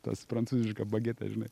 tas prancūzišką bagetę žinai